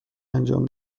انجام